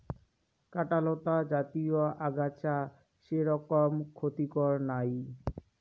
কাঁটালতা জাতীয় আগাছা সেরকম ক্ষতিকর নাই